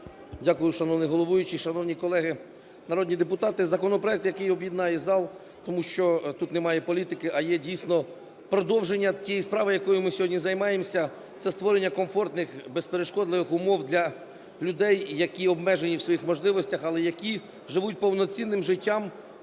Дякую, шановний головуючий. Шановні колеги народні депутати! Законопроект, який об'єднає зал, тому що тут немає політики, а є, дійсно, продовження тієї справи, якою ми сьогодні займаємося, – це створення комфортних, безперешкодних умов для людей, які обмежені в своїх можливостях, але які живуть повноцінним життям,